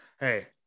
Hey